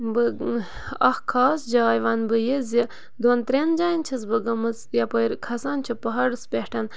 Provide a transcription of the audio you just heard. بہٕ اَکھ خاص جاے وَنہٕ بہٕ یہِ زِ دۄن ترٛٮ۪ن جایَن چھَس بہٕ گٔمٕژ یَپٲرۍ کھَسان چھِ پہاڑَس پٮ۪ٹھ